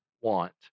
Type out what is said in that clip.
want